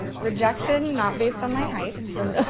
um rejection not based on my height has been really,